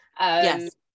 Yes